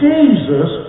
Jesus